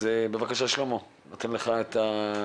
אז בבקשה, שלמה, אני נותן לך את הסיכום.